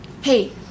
Hey